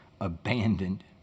abandoned